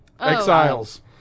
Exiles